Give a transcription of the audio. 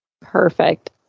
Perfect